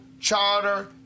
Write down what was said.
charter